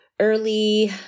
early